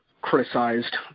criticized